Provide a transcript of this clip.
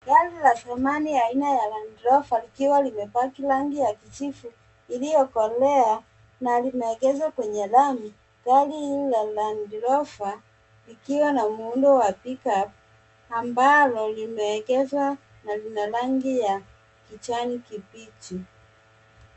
Gari la zamani aina ya Land Rover likiwa limepaki rangi ya kijivu iliyokolea na limeegezwa kwenye lami. Gari hilo la Land Rover likiwa na muundo wa pick up ambalo limeegezwa na lina rangi ya kijani kibichi.